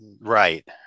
Right